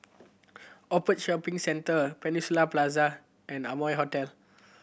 Shopping Centre Peninsula Plaza and Amoy Hotel